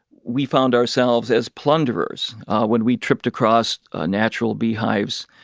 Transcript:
we found ourselves as plunderers when we tripped across ah natural beehives,